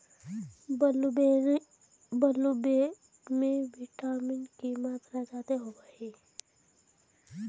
blueberry में vitamin के मात्रा जादे होब हई